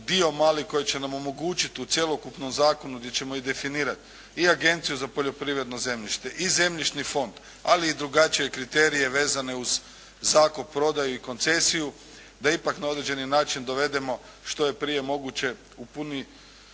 dio mali koji će nam omogućit u cjelokupnom zakonu gdje ćemo i definirat i Agenciju za poljoprivredno zemljište i Zemljišni fond, ali i drugačije kriterije vezane uz zakup, prodaju i koncesiju da ipak na određeni način dovedemo što je prije moguće u punu